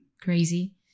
crazy